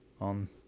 on